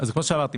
כמו שאמרתי,